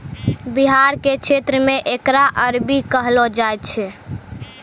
बिहार के क्षेत्र मे एकरा अरबी कहलो जाय छै